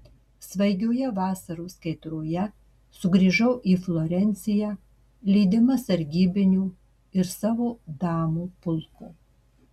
svaigioje vasaros kaitroje sugrįžau į florenciją lydima sargybinių ir savo damų pulko